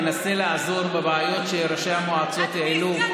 ננסה לעזור בבעיות שראשי המועצות העלו,